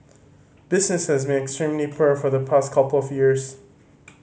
business has been extremely poor for the past couple of years